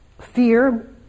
fear